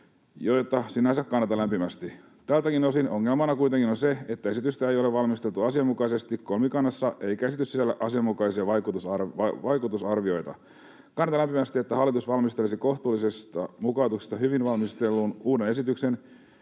joita sinänsä kannatan lämpimästi. Tältäkin osin ongelmana kuitenkin on, että esitystä ei ole valmisteltu asianmukaisesti kolmikannassa eikä esitys sisällä asianmukaisia vaikutusarvioita. Kannatan lämpimästi, että hallitus valmistelisi kohtuullisista mukautuksista hyvin valmistellun uuden esityksen,